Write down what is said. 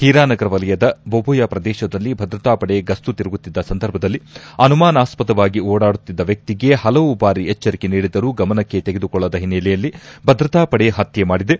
ಹೀರಾನಗರ ವಲಯದ ಬೊಬೊಯ ಪ್ರದೇಶದಲ್ಲಿ ಭದ್ರತಾ ಪಡೆ ಗಸ್ತು ತಿರುಗುತ್ತಿದ್ದ ಸಂದರ್ಭದಲ್ಲಿ ಅನುಮಾನಸ್ಪದವಾಗಿ ಓಡಾಡುತ್ತಿದ್ದ ವ್ಹಿಗೆ ಹಲವು ಬಾರಿ ಎಚ್ಚರಿಕೆ ನೀಡಿದರೂ ಗಮನಕ್ಕೆ ತೆಗೆದುಕೊಳ್ಳದ ಹಿನ್ನೆಲೆಯಲ್ಲಿ ಭದ್ರತೆ ಪಡೆ ಪತ್ನೆ ಮಾಡಿದೆ